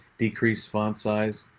decrease font size.